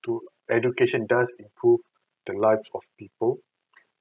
to education does improve the life of people